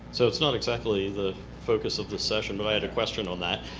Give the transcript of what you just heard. so it's not exactly the focus of this session, but i had a question on that,